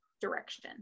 direction